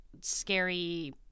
scary